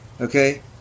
Okay